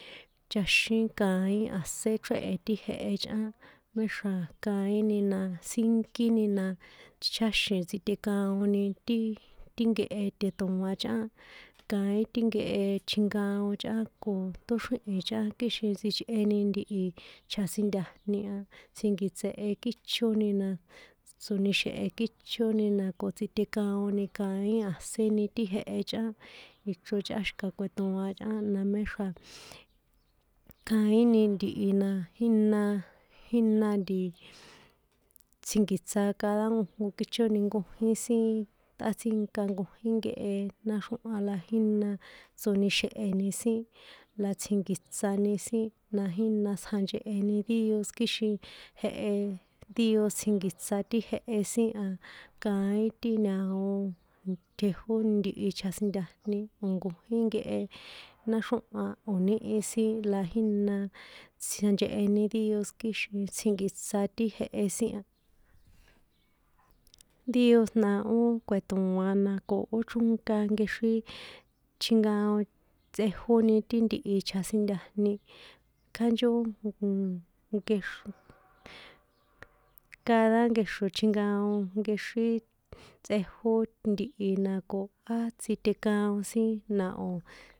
Chaxín kaín a̱sén chréhe̱ ti jehe chꞌán, méxra̱ kaíni na sínkini na, ticháxin tsitekaoni ti, ti nkehe tetoa̱n chꞌán, kaín ti nkehe tjinkaon chꞌán ko tóxríhi̱n chꞌán kixin tsichꞌeni ntihi chjasintajni a, tsjinkiṭsehe kíchoni na, tsonixje̱he kíchoni nako tsitekaoni kaín a̱séni ti jehe chꞌán ichro chꞌán xi̱ka kꞌue̱ṭoa̱n chꞌán na méxra̱, kaíni ntihi na jína, jina nti, tsjinkiṭsa cada nkojnko kíchoni nkojín sin tꞌatsinka nkojín nkehe náxrjónha la jína tsonixje̱heni sin la tsjinkiṭsani sin na jína tsjancheheni díos kixin jehe díos tsjinkiṭsa ti jehe sin a, kaín ti ña̱o tjejóni ntihi chjasintajni, o̱ nkojín nkehe náxrjóha o̱ níhi sin la jína tsjancheheni díos kixin tsjinki̱tsa ti jehe sin a, díos na ó kue̱ṭoa̱n na ko ó chrónka nkexrín tjinkaon tsꞌejóni ti ntihi chjasintajni kjánchó nkexro cada nkexro tjinkaon nkexrín tsꞌejó ntihi na ko á tsitekaon sin na.